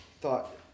thought